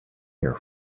here